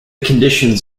conditions